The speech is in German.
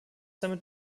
damit